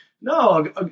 no